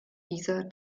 dieser